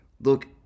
look